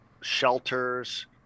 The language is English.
shelters